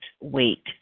wait